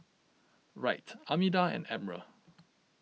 Wright Armida and Admiral